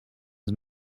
his